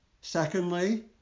Secondly